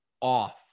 off